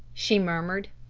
she murmured.